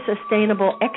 sustainable